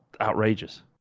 outrageous